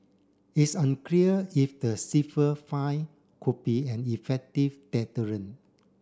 it's unclear if the stiffer fine could be an effective deterrent